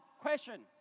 question